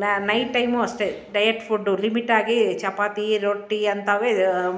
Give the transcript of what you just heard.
ನ night time ಅಷ್ಟೇ diet food limit ಆಗಿ ಚಪಾತಿ ರೊಟ್ಟಿ ಅಂಥವೇ